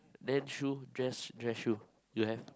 then shoe dress dress shoe do you have